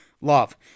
love